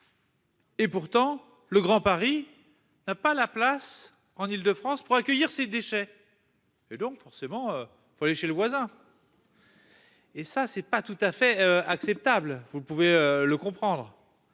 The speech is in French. Et pourtant le Grand Paris n'a pas la place en Île-de-France pour accueillir ces déchets. Et donc, forcément, faut aller chez le voisin. Et ça c'est pas tout à fait acceptable. Vous pouvez le comprendre.